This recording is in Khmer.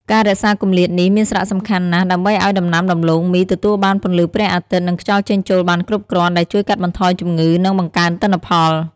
ការរក្សាគម្លាតនេះមានសារៈសំខាន់ណាស់ ដើម្បីឱ្យដំណាំដំឡូងមីទទួលបាន ពន្លឺព្រះអាទិត្យ និងខ្យល់ចេញចូលបានគ្រប់គ្រាន់ ដែលជួយកាត់បន្ថយជំងឺ និងបង្កើនទិន្នផល។